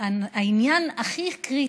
העניין הכי קריטי,